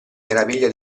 meraviglia